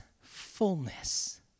fullness